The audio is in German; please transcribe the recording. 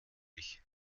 ich